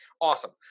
awesome